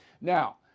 Now